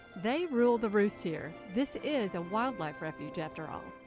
they rule the roost here. this is a wildlife refuge, after all.